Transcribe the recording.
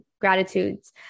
gratitudes